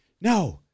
No